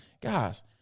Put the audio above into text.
Guys